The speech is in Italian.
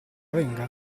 venga